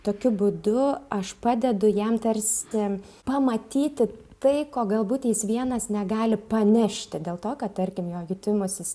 tokiu būdu aš padedu jam tarsi pamatyti tai ko galbūt jis vienas negali panešti dėl to kad tarkim jo jutimosis